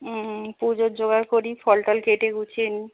হুম পুজোর জোগাড় করি ফল টল কেটে গুছিয়ে নিই